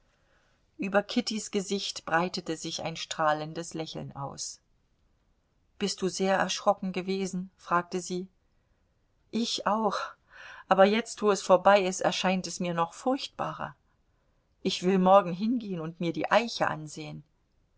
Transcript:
über kittys gesicht breitete sich ein strahlendes lächeln aus bist du sehr erschrocken gewesen fragte sie ich auch aber jetzt wo es vorbei ist erscheint es mir noch furchtbarer ich will morgen hingehen und mir die eiche ansehen